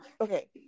Okay